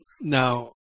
now